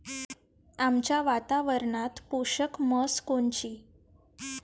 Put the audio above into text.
आमच्या वातावरनात पोषक म्हस कोनची?